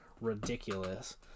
ridiculous